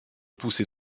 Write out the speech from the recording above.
poussez